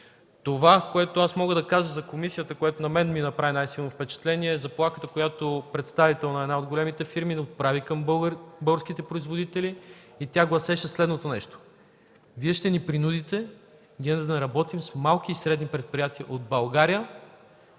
Това, което мога да кажа от заседанието на комисията, което ми направи най-силно впечатление, е заплахата, която представител на една от големите фирми отправи към българските производители. Тя гласеше следното нещо: „Вие ще ни принудите да не работим с малки и средни предприятия от България,